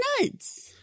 nuts